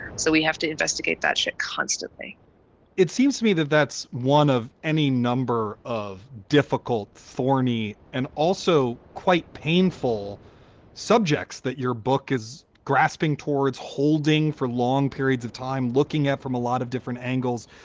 so we have to investigate that shit constantly it seems to me that that's one of any number of difficult for me and also quite painful subjects that your book is grasping towards holding for long periods of time, looking at from a lot of different angles.